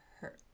hurt